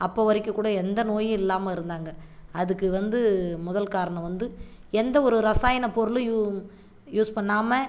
அப்போ வரைக்கும் கூட எந்த நோயும் இல்லாமல் இருந்தாங்க அதுக்கு வந்து முதல் காரணம் வந்து எந்த ஒரு ரசாயனப் பொருளும் யூ யூஸ் பண்ணாம